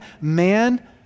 man